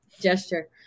gesture